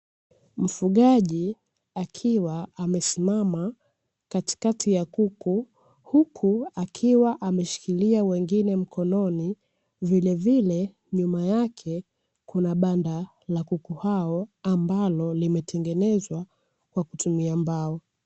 Mfugaji akiwa amesimama katikati ya kuku, huku akiwa ameshikilia wengine mkononi. Vilevile nyuma yake kuna banda la kuku wengine ambalo limetengenezwa kwa kutumia mbao.